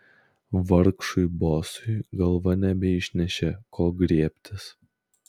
vargšui bosui galva nebeišnešė ko griebtis